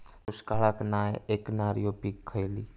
दुष्काळाक नाय ऐकणार्यो पीका खयली?